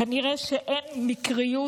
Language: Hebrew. כנראה שאין מקריות,